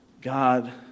God